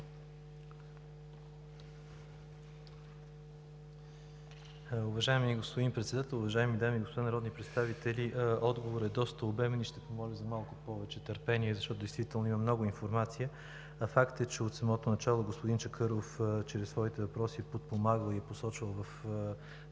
Уважаеми господин Председател, уважаеми дами и господа народни представители! Отговорът е доста обемен и ще помоля за малко повече търпение, защото действително има много информация, а факт е, че от самото начало господин Чакъров чрез своите въпроси подпомага и посочва